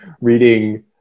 reading